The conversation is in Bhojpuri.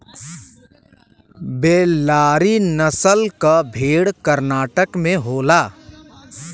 बेल्लारी नसल क भेड़ कर्नाटक में होला